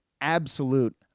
absolute